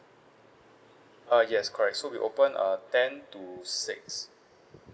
uh yes correct so we open uh ten to six